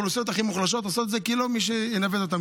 האוכלוסיות הכי מוחלשות עושות את זה כי אין מי שילווה אותן.